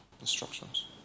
Instructions